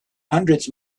hundreds